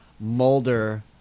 Mulder